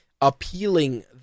appealing